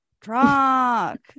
truck